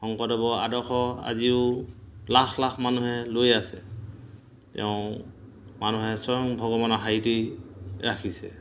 শংকৰদেৱৰ আদৰ্শ আজিও লাখ লাখ মানুহে লৈ আছে তেওঁ মানুহে স্বয়ং ভগৱানৰ শাৰীতেই ৰাখিছে